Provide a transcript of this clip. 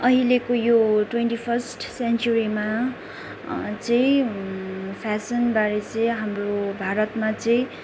अहिलेको यो twenty first सेन्चुरीमा चाहिँ फेसनबारे चाहिँ हाम्रो भारतमा चाहिँ